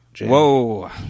Whoa